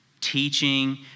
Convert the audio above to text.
teaching